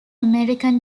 american